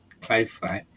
clarify